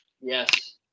Yes